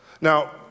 Now